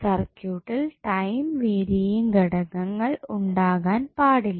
സർക്യൂട്ടിൽ time varying ഘടകങ്ങൾ ഉണ്ടാകാൻ പാടില്ല